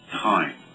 time